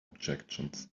objections